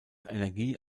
energie